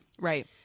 Right